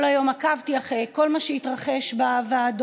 כל היום עקבתי אחרי כל מה שהתרחש בוועדות,